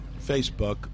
Facebook